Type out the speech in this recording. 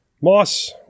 Moss